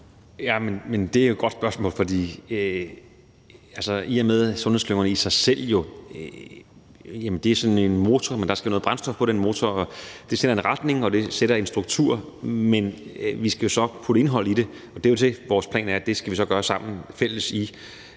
Jamen det er jo et godt spørgsmål. Sundhedsklyngerne er i sig selv sådan en motor, men der skal noget brændstof på den motor. Det sætter en retning, og det sætter en struktur, men vi skal så putte indhold i det, og der er det jo vores plan, at det skal vi gøre sammen, i